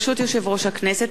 ברשות יושב-ראש הכנסת,